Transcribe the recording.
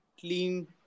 clean